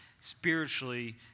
spiritually